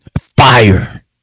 Fire